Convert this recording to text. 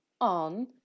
on